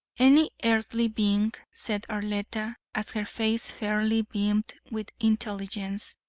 any earthly being, said arletta, as her face fairly beamed with intelligence,